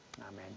Amen